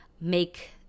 make